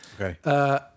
Okay